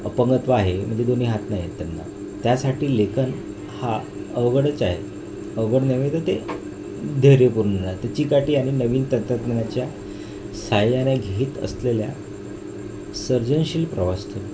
अपंगत्व आहे म्हणजे दोन्ही हात नाही आहेत त्यांना त्यासाठी लेखन हा अवघडच आहे अवघड नव्हे तर ते धैर्यपूर्ण राहते चिकाटी आणि नवीन तंत्रज्ञानाच्या सहाय्याने घेत असलेल्या सर्जनशील प्रवास ठरतो